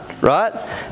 right